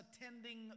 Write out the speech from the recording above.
attending